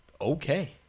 Okay